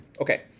Okay